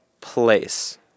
place